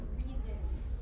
reasons